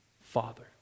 Father